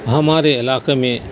ہمارے علاقے میں